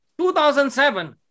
2007